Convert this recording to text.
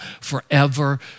forever